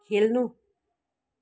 खेल्नु